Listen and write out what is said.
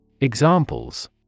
Examples